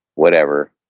whatever.